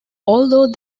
although